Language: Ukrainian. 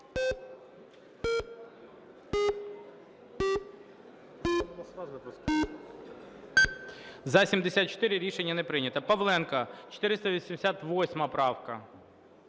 За-74 Рішення не прийнято. Павленко, 488 правка.